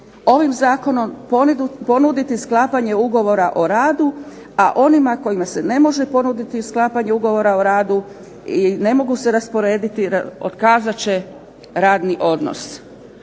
ovim zakonom ponuditi sklapanje Ugovora o radu, a onima kojima se ne može ponuditi sklapanje Ugovora o radu i ne mogu se rasporediti otkazat će radni odnos.